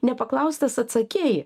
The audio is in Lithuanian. nepaklaustas atsakei